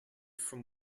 from